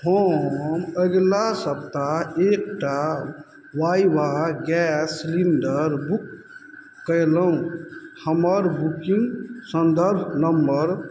हम अगिला सप्ताह एकटा वाइवा गैस सिलेंडर बुक कयलहुॅं हमर बुकिंग सन्दर्भ नम्बर